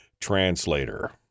Translator